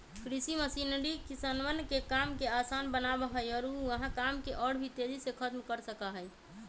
कृषि मशीनरी किसनवन के काम के आसान बनावा हई और ऊ वहां काम के और भी तेजी से खत्म कर सका हई